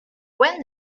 when